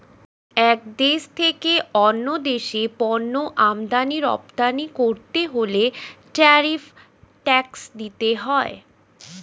এক দেশ থেকে অন্য দেশে পণ্য আমদানি রপ্তানি করতে হলে ট্যারিফ ট্যাক্স দিতে হয়